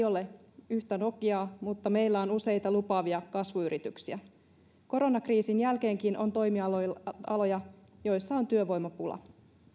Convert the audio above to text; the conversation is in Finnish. ole yhtä nokiaa mutta meillä on useita lupaavia kasvuyrityksiä koronakriisin jälkeenkin on toimialoja joilla on työvoimapula